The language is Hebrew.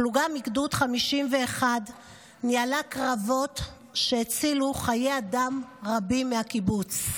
פלוגה מגדוד 51 ניהלה קרבות שהצילו חיי אדם רבים בקיבוץ.